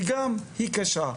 וגם בגלל שהוא קשה.